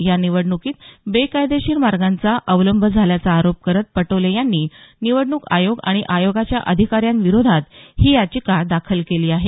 या निवडणुकीत बेकायदेशीर मार्गांचा अवलंब झाल्याचा आरोप करत पटोले यांनी निवडणूक आयोग आणि आयोगाच्या अधिकाऱ्यांविरोधात ही याचिका दाखल केली आहे